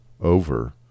over